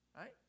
Right